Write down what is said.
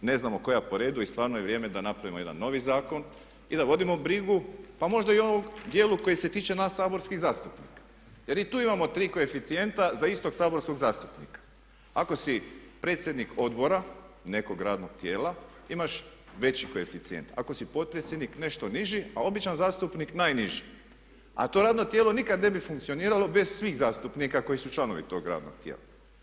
ne znamo koja po redu i stvarno je vrijeme da napravimo jedan novi zakon i da vodimo brigu pa možda i u ovom djelu koji se tiče nas saborskih zastupnika jer i tu imamo tri koeficijenta za istog saborskog zastupnika, ako si predsjednik Odbora nekog radnog tijela imaš veći koeficijent, ako si potpredsjednik nešto niži a običan zastupnik najniži a to radno tijelo nikad ne bi funkcioniralo bez svih zastupnika koji su članovi tog radnog tijela.